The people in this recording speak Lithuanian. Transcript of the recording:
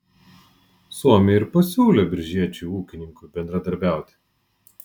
suomiai ir pasiūlė biržiečiui ūkininkui bendradarbiauti